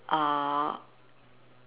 uh